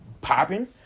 popping